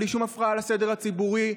בלי שום הפרעה לסדר הציבורי?